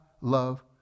love